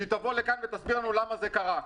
שתבוא לכאן ותסביר לנו למה זה קרה.